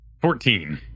Fourteen